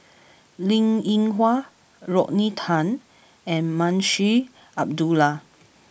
Linn In Hua Rodney Tan and Munshi Abdullah